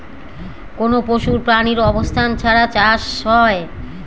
কোনো পশু প্রাণীর অবস্থান ছাড়া চাষ হয়